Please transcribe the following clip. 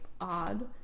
odd